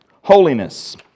holiness